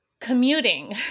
Commuting